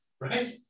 right